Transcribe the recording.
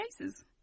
cases